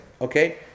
Okay